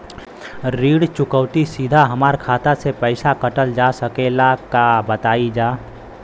ऋण चुकौती सीधा हमार खाता से पैसा कटल जा सकेला का बताई जा?